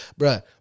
bruh